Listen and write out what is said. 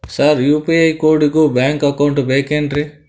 Sir UPI ಕೋಡಿಗೂ bank account ಬೇಕೆನ್ರಿ?